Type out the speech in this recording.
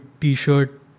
t-shirt